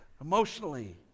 emotionally